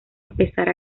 empezar